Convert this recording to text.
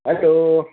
hello